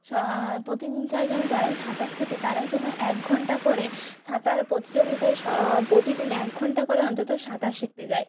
স প্রতিদিন চাই যেন যারাই সাঁতার শেখে তারাই যেন এক ঘন্টা করে সাঁতার প্রতিযোগিতায় স প্রতিদিন এক ঘন্টা করে অন্তত সাঁতার শিখতে যায়